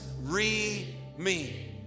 re-me